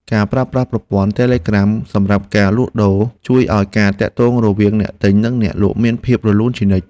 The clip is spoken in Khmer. ការប្រើប្រាស់ប្រព័ន្ធតេឡេក្រាមសម្រាប់ការលក់ដូរជួយឱ្យការទាក់ទងរវាងអ្នកទិញនិងអ្នកលក់មានភាពរលូនជានិច្ច។